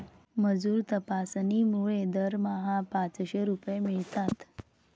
मजूर तपासणीमुळे दरमहा पाचशे रुपये मिळतात